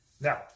Now